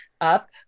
up